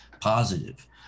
positive